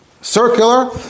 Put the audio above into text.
circular